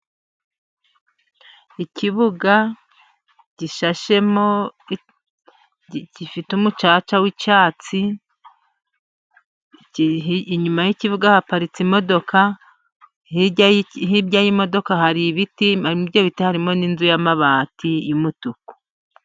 Ikibuga gishashemo gifite umucaca w'icyatsi, inyuma y'ikibuga haparitse imodoka, hirya hirya y'imodoka hari ibiti, muri ibyo biti haririmo n'inzu y'amabati y'umutuku.